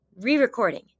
re-recording